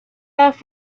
off